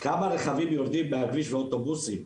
כמה רכבים יורדים מהכביש ואוטובוסים?